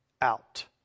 out